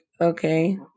okay